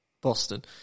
Boston